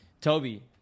Toby